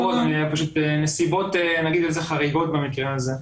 ברור, פשוט הנסיבות, נגיד לזה חריגות במקרה הזה.